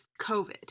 COVID